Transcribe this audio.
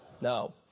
No